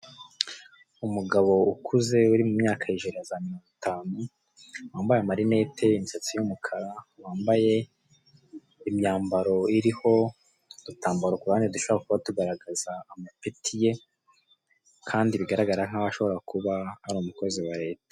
Umugabo ukuze uri mu myaka ya hejuru ya mirongo itanu, wambaye amarinete imisatsi y'umukara, wambaye imyambaro iriho udutambaro kuruhande dushobora kuba tuagaragaza amapeti ye, kandi bigaragara nk'aho ashobora kuba ari umukozi wa leta.